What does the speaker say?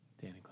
Danny